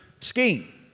scheme